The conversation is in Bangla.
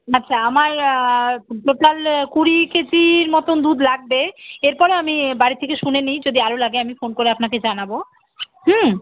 আচ্ছা আমার টোটাল কুড়ি কেজির মতন দুধ লাগবে এর পরে আমি বাড়ি থেকে শুনে নিই যদি আরও লাগে আমি ফোন করে আপনাকে জানাব হুম